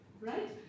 right